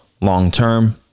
long-term